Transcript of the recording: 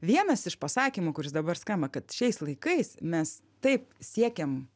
vienas iš pasakymų kuris dabar skamba kad šiais laikais mes taip siekiam